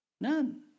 None